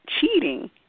cheating